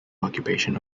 occupation